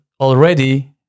already